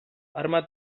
arma